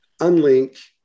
unlink